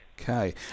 Okay